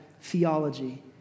theology